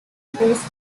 base